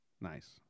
Nice